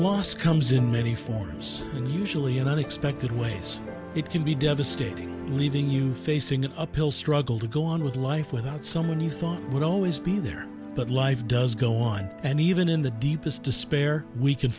most comes in many forms and usually an unexpected way it can be devastating leaving you facing an uphill struggle to go on with life without someone you would always be there but life does go on and even in the deepest despair we can